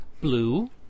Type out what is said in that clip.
blue